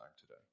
today